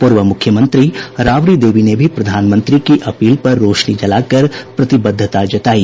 पूर्व मुख्यमंत्री राबड़ी देवी ने भी प्रधानमंत्री की अपील पर रोशनी जलाकर प्रतिबद्धता जतायी